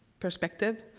perspective.